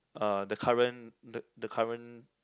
uh the current the the current